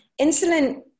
insulin